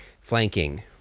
flanking